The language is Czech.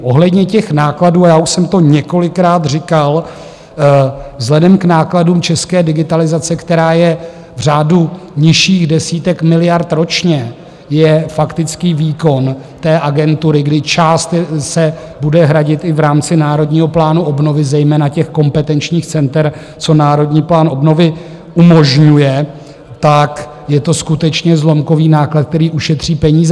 Ohledně nákladů, a já už jsem to několikrát říkal, vzhledem k nákladům české digitalizace, která je v řádu nižších desítek miliard ročně, je faktický výkon agentury, kdy část se bude hradit i v rámci Národního plánu obnovy, zejména kompetenčních center, co Národní plán obnovy umožňuje, tak je to skutečně zlomkový náklad, který ušetří peníze.